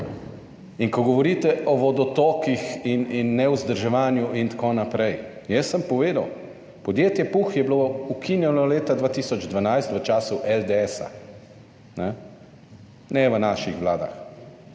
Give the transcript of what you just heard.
In ko govorite o vodotokih in ne o vzdrževanju in tako naprej, jaz sem povedal, podjetje PUH je bilo ukinjeno leta 2012 v času LDS, ne v naših vladah.